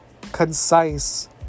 concise